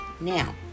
Now